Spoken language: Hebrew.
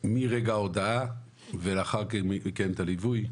כלומר מרגע ההודעה ולאחר מכן את הליווי.